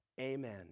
Amen